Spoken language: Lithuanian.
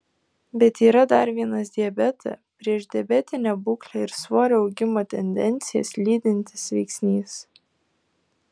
bet yra dar vienas diabetą priešdiabetinę būklę ir svorio augimo tendencijas lydintis veiksnys